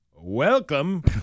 welcome